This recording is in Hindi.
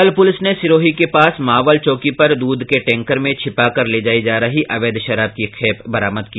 कल प्रलिस ने सिरोही के पास मावल चौकी पर दूध के टैंकर में छिपाकर ले जाई जा रही अवैध शराब की खेप बरामद की